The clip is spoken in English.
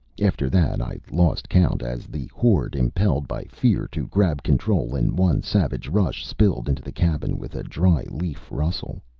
after that i lost count, as the horde, impelled by fear to grab control in one savage rush, spilled into the cabin with a dry-leaf rustle.